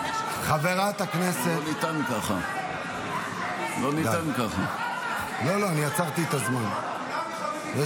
חברת הכנסת יסמין, דבי ביטון, בבקשה.